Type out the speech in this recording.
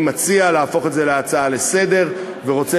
אני מציע להפוך את זה להצעה לסדר-היום ורוצה